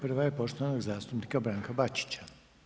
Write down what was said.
Prva je poštovanog zastupnika Branka Bačića.